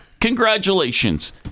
congratulations